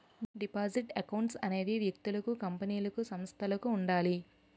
deposit accounts అనేవి వ్యక్తులకు కంపెనీలకు సంస్థలకు ఉండాలి